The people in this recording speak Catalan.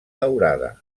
daurada